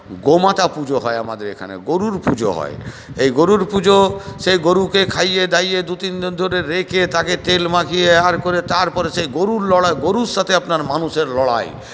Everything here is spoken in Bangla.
গোমাতা পুজো হয় আমাদের এখানে গরুর পুজো হয় এই গরুর পুজো সে গরুকে খাইয়ে দাইয়ে দু তিনদিন ধরে রেখে তাকে তেল মাখিয়ে আর করে তারপর সেই গরুর লড়াই গরুর সাথে আপনার মানুষের লড়াই